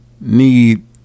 need